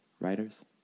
writers